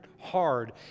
hard